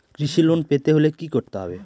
কৃষি লোন পেতে হলে কি করতে হবে?